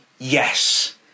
Yes